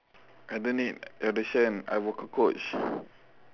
I don't need audition I vocal coach